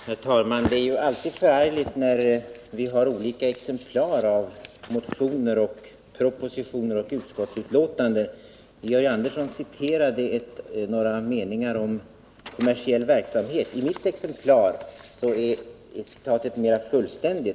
Herr talman! Det är alltid förargligt när vi har olika exemplar av motioner, propositioner och utskottsbetänkanden. Georg Andersson citerade några meningar om kommersiell verksamhet. I mitt exemplar av propositionen är texten mera fullständig.